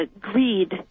greed